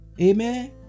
Amen